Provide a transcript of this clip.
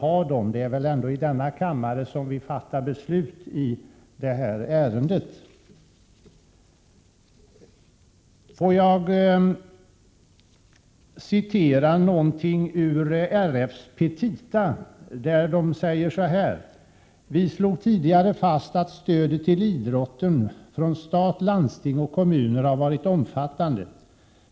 Men det är väl ändå i den här kammaren som vi fattar beslut. Jag vill citera ur RF:s petita. Där säger man: ”Vi slog tidigare fast att stödet till idrotten från stat, landsting och kommuner har varit omfattande.